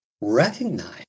recognize